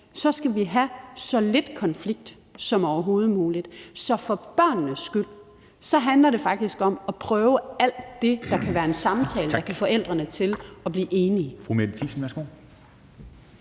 så skal vi have så lidt konflikt som overhovedet muligt. Så for børnenes skyld handler det faktisk om at prøve alt det, der kan være en samtale, som kan få forældrene til at blive enige.